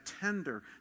tender